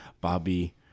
Bobby